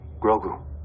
Grogu